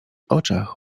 oczach